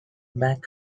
back